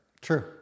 True